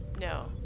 No